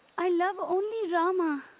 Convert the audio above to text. i love only rama.